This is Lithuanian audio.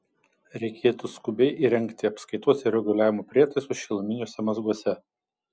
reikėtų skubiai įrengti apskaitos ir reguliavimo prietaisus šiluminiuose mazguose